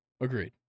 Agreed